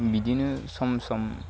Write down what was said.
बिदिनो सम सम